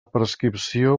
prescripció